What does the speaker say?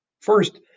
First